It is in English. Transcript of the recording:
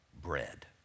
bread